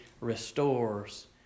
restores